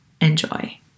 Enjoy